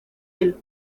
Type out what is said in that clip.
del